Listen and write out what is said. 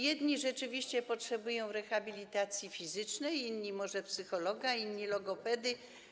Jedni rzeczywiście potrzebują rehabilitacji fizycznej, inni - może psychologa, inni - logopedy.